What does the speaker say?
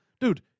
dude